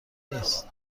نیست